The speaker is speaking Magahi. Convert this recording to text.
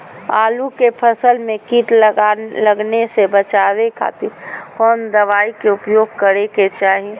आलू के फसल में कीट लगने से बचावे खातिर कौन दवाई के उपयोग करे के चाही?